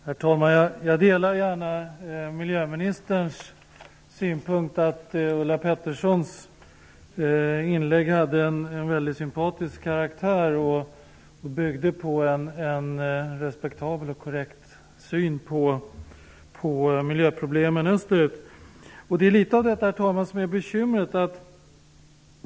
Herr talman! Jag delar gärna miljöministerns synpunkt att Ulla Petterssons inlägg hade en väldigt sympatisk karaktär och byggde på en korrekt och respektabel syn på miljöproblemen i stort.